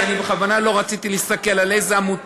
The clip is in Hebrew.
כי אני בכוונה לא רציתי להסתכל על אילו עמותות,